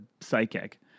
psychic